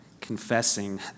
confessing